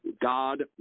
God